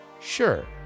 Sure